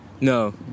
No